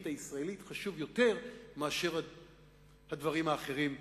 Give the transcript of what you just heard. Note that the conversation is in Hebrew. הישראלית חשובה יותר מאשר הדברים האחרים.